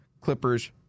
clippers